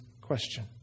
question